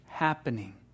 happening